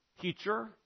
teacher